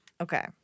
Okay